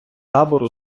табору